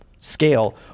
scale